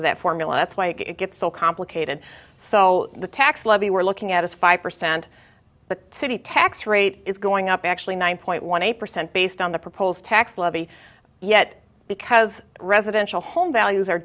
to that formula that's why it gets so complicated so the tax levy we're looking at is five percent the city tax rate is going up actually nine point one eight percent based on the proposed tax levy yet because residential home values are